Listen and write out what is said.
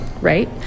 right